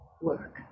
work